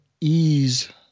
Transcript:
ease